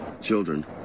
children